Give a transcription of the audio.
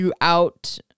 throughout